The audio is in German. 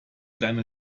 deine